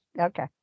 Okay